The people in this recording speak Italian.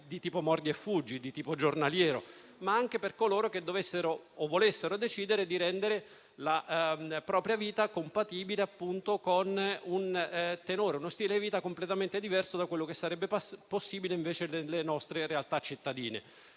del tipo mordi e fuggi, giornaliero, ma anche per coloro che dovessero o volessero decidere di rendere la propria vita compatibile con uno stile di vita completamente diverso da quello che sarebbe possibile nelle nostre realtà cittadine.